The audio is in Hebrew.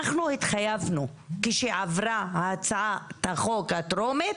אנחנו התחייבנו, כשעברה הצעת החוק הטרומית,